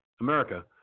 America